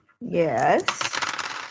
Yes